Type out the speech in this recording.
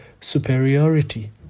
superiority